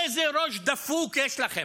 איזה ראש דפוק יש לכם?